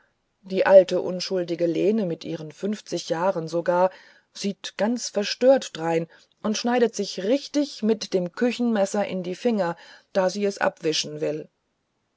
die alte unschuldige lene mit ihren fünfzig jahren sogar sieht ganz verstört drein und schneidet sich richtig mit dem küchenmesser in die finger da sie es abwischen will